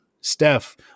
Steph